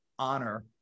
honor